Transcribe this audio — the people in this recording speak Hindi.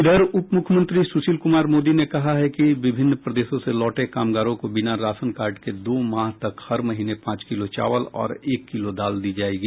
इधर उपमुख्यमंत्री सुशील कुमार मोदी ने कहा है कि विभिन्न प्रदेशों से लौटे कामगारों को बिना राशनकार्ड के दो माह तक हर महीने पांच किलो चावल और एक किलो दाल दी जायेगी